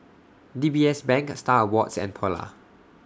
D B S Bank STAR Awards and Polar